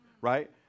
right